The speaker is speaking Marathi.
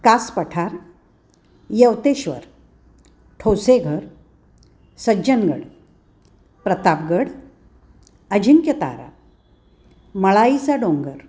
कास पठार यवतेश्वर ठोसेघर सज्जनगड प्रतापगड अजिंक्यतारा मळाईचा डोंगर